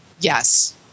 Yes